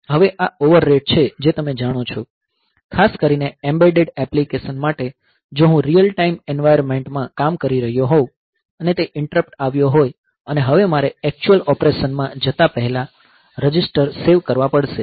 હવે આ overhead છે જે તમે જાણો છો ખાસ કરીને એમ્બેડેડ એપ્લીકેશન્સ માટે જો હું રીઅલ ટાઇમ એન્વાયર્નમેન્ટ માં કામ કરી રહ્યો હોઉં અને તે ઈંટરપ્ટ આવ્યો હોય અને હવે મારે એક્ચ્યુઅલ ઓપરેશનમાં જતા પહેલા રજિસ્ટર સેવ કરવા પડશે